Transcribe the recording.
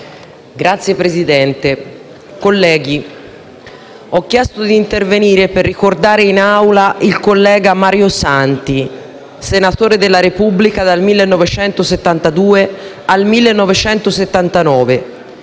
Signor Presidente, colleghi, ho chiesto di intervenire per ricordare in Aula il collega Mario Santi, senatore della Repubblica dal 1972 al 1979,